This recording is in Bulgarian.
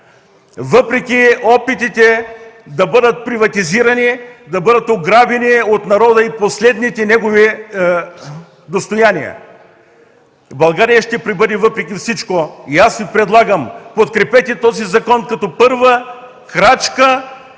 въпреки опитите да бъдат приватизирани, да бъдат ограбени от народа и последните негови достояния. България ще пребъде въпреки всичко! Аз Ви предлагам: подкрепете този закон като първа крачка